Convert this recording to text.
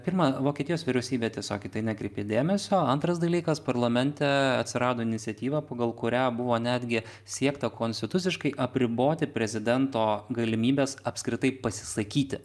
pirma vokietijos vyriausybė tiesiog į tai nekreipė dėmesio antras dalykas parlamente atsirado iniciatyva pagal kurią buvo netgi siekta konstituciškai apriboti prezidento galimybes apskritai pasisakyti